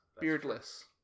Beardless